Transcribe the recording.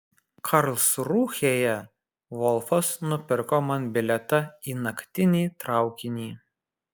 karlsrūhėje volfas nupirko man bilietą į naktinį traukinį